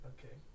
Okay